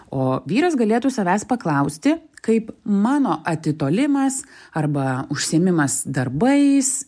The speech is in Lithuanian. o vyras galėtų savęs paklausti kaip mano atitolimas arba užsiėmimas darbais